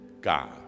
God